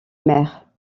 maire